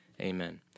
Amen